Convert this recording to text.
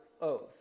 oath